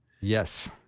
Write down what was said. Yes